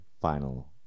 final